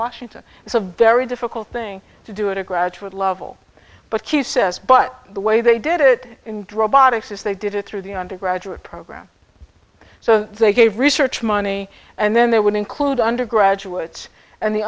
washington it's a very difficult thing to do it a graduate level but he says but the way they did it in drop boxes they did it through the undergraduate program so they gave research money and then they would include undergraduates and the